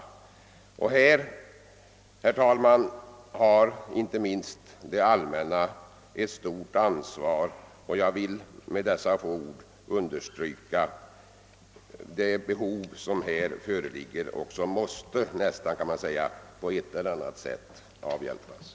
Herr talman! Här har inte minst det allmänna ett stort ansvar, och jag vill med det anförda påvisa det behov som föreligger och som på ett eller annat sätt måste tillgodoses.